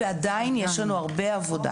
ועדיין יש לנו הרבה עבודה,